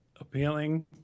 appealing